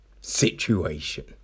situation